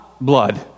blood